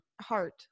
Heart